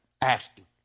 asking